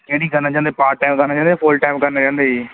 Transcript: ਕਿਹੜੀ ਕਿੰਨਾ ਚਾਹੁੰਦੇ ਫੁੱਲ ਟਾਈਮ ਕਰਨਾ ਚਾਹੁੰਦੇ ਫੁੱਲ ਟਾਈਮ ਕਰਨਾ ਚਾਹੁੰਦੇ ਜੀ